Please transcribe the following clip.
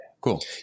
cool